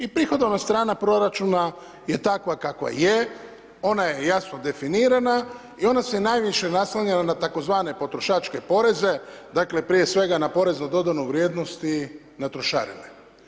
I prihodovna strana proračuna je takva kakva je, ona je jasno definirana i ona se najviše naslanja na tzv. potrošačke poreze dakle, prije svega na porez na dodanu vrijednost i na trošarine.